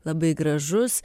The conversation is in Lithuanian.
labai gražus